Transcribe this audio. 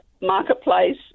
Marketplace